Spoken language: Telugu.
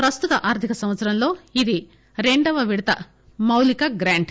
ప్రస్తుత ఆర్దిక సంవత్సరంలో ఇది రెండవ విడత మౌళిక గ్రాంట్